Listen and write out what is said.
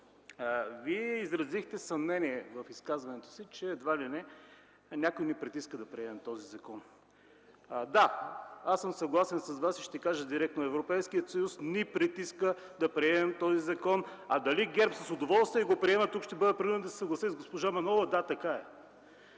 Вие изразихте съмнение, че едва ли не някой ни притиска да приемем този закон. Да, аз съм съгласен с Вас и ще кажа директно: Европейският съюз ни притиска да приемем този закон. А дали ГЕРБ с удоволствие го приемат, тук ще бъда принуден да се съглася с госпожа Манолова – да, така е.